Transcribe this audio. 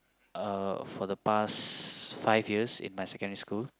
uh for the past five years in my secondary school